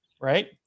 Right